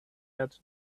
had